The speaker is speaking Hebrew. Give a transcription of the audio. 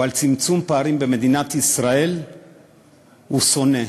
על צמצום פערים במדינת ישראל הוא שונא.